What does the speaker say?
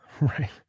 Right